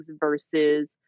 versus